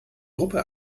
gruppe